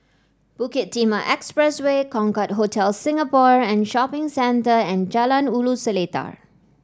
Bukit Timah Expressway Concorde Hotel Singapore and Shopping Centre and Jalan Ulu Seletar